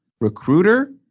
recruiter